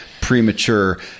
premature